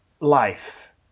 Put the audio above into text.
life